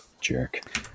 jerk